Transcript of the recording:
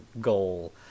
goal